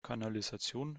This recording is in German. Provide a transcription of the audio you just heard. kanalisation